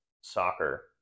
soccer